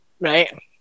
Right